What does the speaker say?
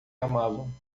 amavam